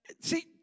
See